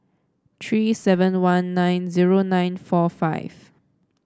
three seven one nine zero nine four five